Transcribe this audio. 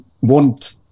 want